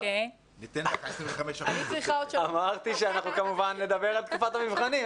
ניתן לך תוספת זמן של 25%... אמרתי שאנחנו כמובן נדבר על תקופת המבחנים.